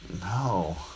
No